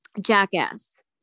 Jackass